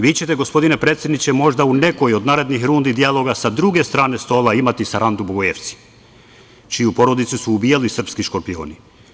Vi ćete, gospodine predsedniče, možda u nekoj od narednih rundi dijaloga sa druge strane stola imati Sarandu Bogujevci, čiju porodicu su ubijali srpski „Škorpioni“